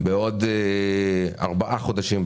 בעוד כארבעה חודשים,